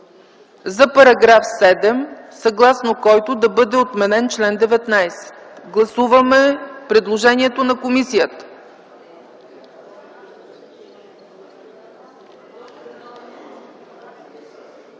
за § 7, съгласно който да бъде отменен чл. 19. Гласуваме предложението на комисията.